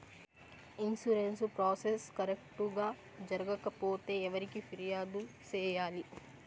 insurance process correct గా జరగకపోతే ఎవరికి ఫిర్యాదు సేయాలి